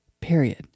period